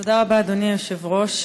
תודה רבה, אדוני היושב-ראש.